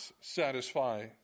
satisfy